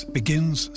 begins